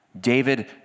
David